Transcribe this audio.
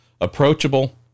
approachable